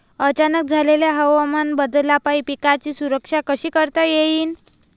अचानक झालेल्या हवामान बदलामंदी पिकाची सुरक्षा कशी करता येईन?